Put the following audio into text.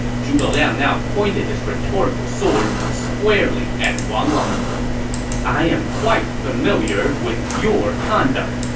zhuge liang now pointed his rhetorical sword squarely at wang lang i am quite familiar with your conduct.